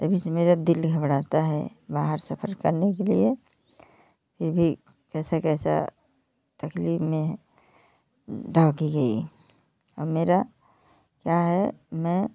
तभी से मेरा दिल घबराता है बाहर सफर करने के लिए ये भी कैसा कैसा तकलीफ में है अब मेरा क्या है मैं